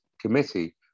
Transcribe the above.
committee